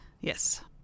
yes